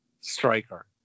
Striker